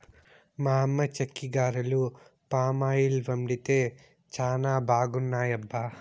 మా అమ్మ చెక్కిగారెలు పామాయిల్ వండితే చానా బాగున్నాయబ్బా